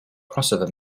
crossover